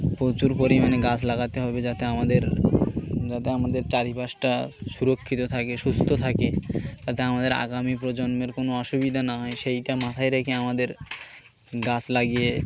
প্রচুর পরিমাণে গাছ লাগাতে হবে যাতে আমাদের যাতে আমাদের চারিপাশটা সুরক্ষিত থাকে সুস্থ থাকে যাতে আমাদের আগামী প্রজন্মের কোনো অসুবিধা না হয় সেইটা মাথায় রেখে আমাদের গাছ লাগিয়ে